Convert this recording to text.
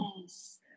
Yes